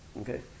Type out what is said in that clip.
Okay